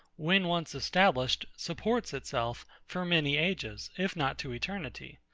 when once established, supports itself, for many ages, if not to eternity.